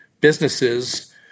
businesses